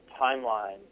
timeline